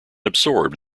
absorbed